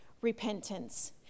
repentance